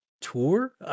tour